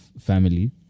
family